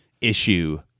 issue